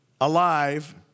alive